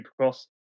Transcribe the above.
Supercross